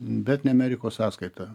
bet ne amerikos sąskaita